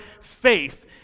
faith